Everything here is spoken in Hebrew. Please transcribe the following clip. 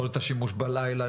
יכולת השימוש בלילה,